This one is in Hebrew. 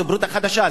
זה הברית החדשה,